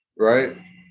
Right